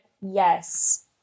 yes